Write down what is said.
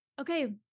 okay